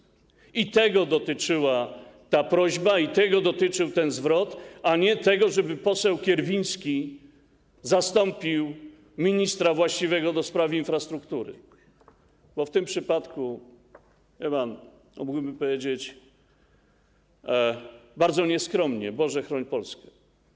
I tego dotyczyła ta prośba, tego dotyczył ten zwrot, a nie tego, żeby poseł Kierwiński zastąpił ministra właściwego do spraw infrastruktury, bo w tym przypadku mógłbym powiedzieć bardzo nieskromnie: Boże, chroń Polskę.